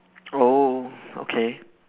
oh okay